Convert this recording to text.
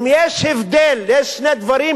אם יש שני קטבים